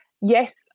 yes